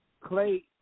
Clay